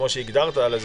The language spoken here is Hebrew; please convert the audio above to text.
כפי שהגדרת,